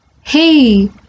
Hey